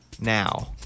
now